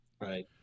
Right